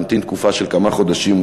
תמתין תקופה של כמה חודשים,